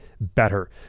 better